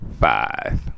five